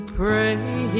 pray